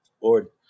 Lord